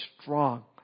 strong